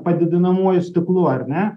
padidinamuoju stiklu ar ne